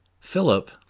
Philip